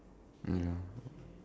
ya